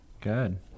Good